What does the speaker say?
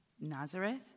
Nazareth